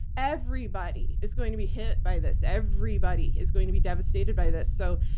everybody is going to be hit by this. everybody is going to be devastated by this. so,